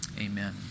Amen